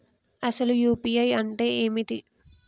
అసలు యూ.పీ.ఐ అంటే ఏమిటి?